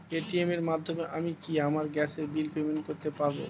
Paytm এর মাধ্যমে আমি কি আমার গ্যাসের বিল পেমেন্ট করতে পারব?